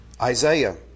Isaiah